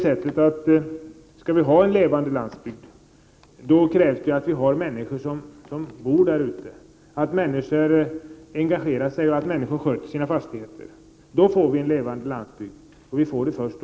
Skall vi ha en levande landsbygd krävs det att människor bor där, att de engagerar sig och sköter sina fastigheter. Då men först då får vi en levande landsbygd.